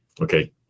okay